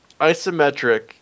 isometric